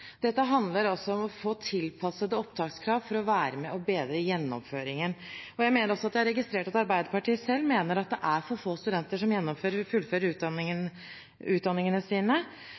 Dette handler om å få tilpassede opptakskrav for å være med og bedre gjennomføringen. Jeg mener også å ha registrert at Arbeiderpartiet selv mener at det er for få studenter som fullfører utdanningen